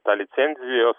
ta licenzijos